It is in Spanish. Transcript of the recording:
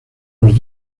los